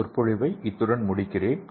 சொற்பொழிவை இத்துடன் முடிக்கிறேன்